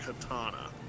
katana